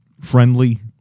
friendly